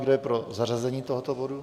Kdo je pro zařazení tohoto bodu?